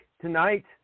tonight